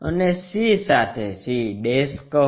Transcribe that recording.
અને c સાથે c કહો